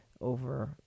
over